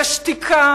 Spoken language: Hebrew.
ושתיקה